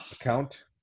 account